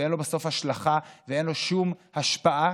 שאין לו בסוף השלכה ואין לו שום השפעה,